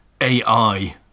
AI